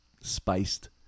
spiced